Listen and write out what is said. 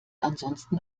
ansonsten